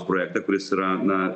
projektą kuris yra na